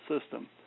system